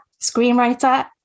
screenwriter